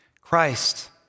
Christ